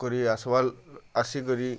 କରି ଆସ୍ବା ଆସିକରି